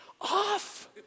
off